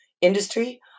industry